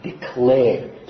declared